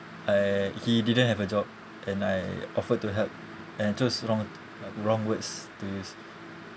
uh he didn't have a job and I offered to help and chose wrong uh wrong words to use